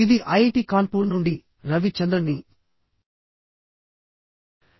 ఇది ఐఐటి కాన్పూర్ నుండి నేను హ్యుమానిటీస్ అండ్ సోషల్ సైన్సెస్ విభాగానికి చెందిన రవి చంద్రన్